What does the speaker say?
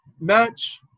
match